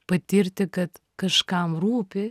patirti kad kažkam rūpi